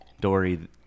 Dory